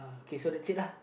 okay so that's it lah